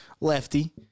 Lefty